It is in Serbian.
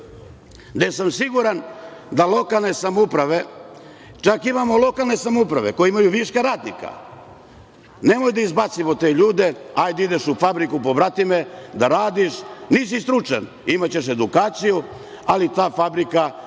gde sam siguran da lokalne samouprave, čak imamo lokalne samouprave koje imaju viška radnika, nemoj da izbacimo te ljude, hajde ideš u fabriku, pobratime, da radiš. Nisi stručan? Imaćeš edukaciju. Ali, ta fabrika